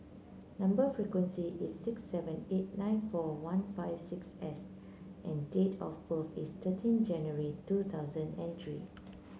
number sequence is six seven eight nine four one five six S and date of birth is thirteen January two thousand and three